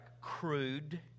crude